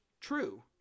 True